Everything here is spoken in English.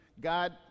God